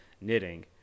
knitting